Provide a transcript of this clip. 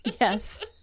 Yes